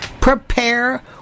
prepare